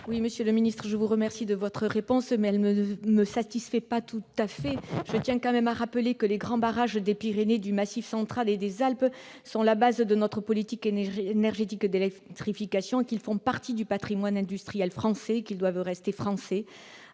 Monsieur le secrétaire d'État, je vous remercie de votre réponse, mais elle ne me satisfait pas tout à fait. Je rappelle que les grands barrages des Pyrénées, du Massif central et des Alpes sont à la base de notre politique énergie énergétique d'électrification, qu'ils font partie du patrimoine industriel national et qu'ils doivent donc rester français.